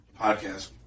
podcast